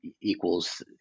equals